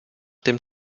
dem